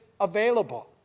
available